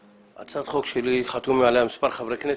הצעת החוק שלי, חתמו עליה מספר חברי כנסת,